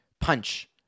punch